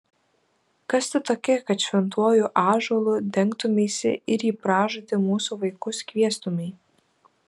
kas tu tokia kad šventuoju ąžuolu dengtumeisi ir į pražūtį mūsų vaikus kviestumei